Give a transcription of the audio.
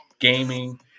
Gaming